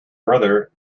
brother